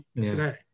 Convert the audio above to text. today